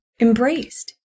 embraced